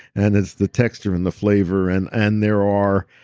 and it's the texture and the flavor and and there are,